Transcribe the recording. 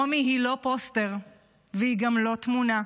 רומי היא לא פוסטר והיא גם לא תמונה.